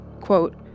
quote